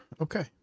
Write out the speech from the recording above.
Okay